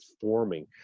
forming